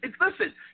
listen